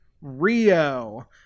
Rio